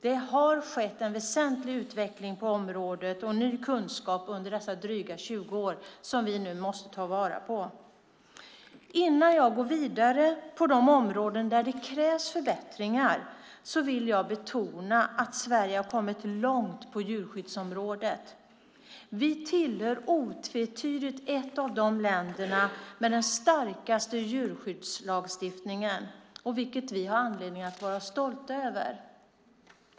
Det har skett en väsentlig utveckling på området och kommit ny kunskap under dessa 20 år som vi nu måste ta vara på. Innan jag går vidare på de områden där det krävs förbättringar vill jag betona att Sverige har kommit långt på djurskyddsområdet. Vi tillhör otvetydigt ett av länderna med den starkaste djurskyddslagstiftningen, vilket vi har anledning att vara stolta över.